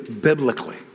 biblically